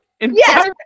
Yes